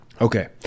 Okay